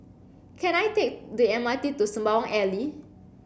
can I take the M R T to Sembawang Alley